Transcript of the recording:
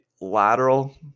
lateral